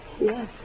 Yes